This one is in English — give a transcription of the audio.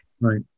right